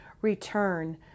return